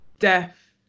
Death